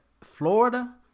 Florida